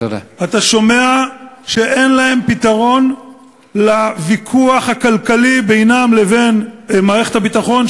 אתה שומע שאין להם פתרון לוויכוח הכלכלי בינם לבין מערכת הביטחון,